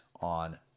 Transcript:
on